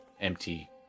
empty